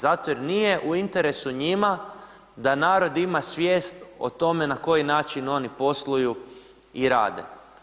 Zato jer nije u interesu njima da narod ima svijest na koji način oni posluju i rade.